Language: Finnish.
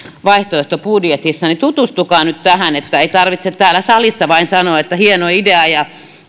vaihtoehtobudjetissamme tutustukaa nyt tähän niin että ei tarvitse täällä salissa vain sanoa että hieno idea ja